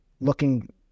looking